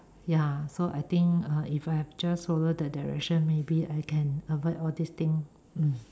ya so I think uh if I just follow that Direction maybe I can avoid all this thing mm